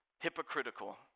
hypocritical